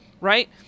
right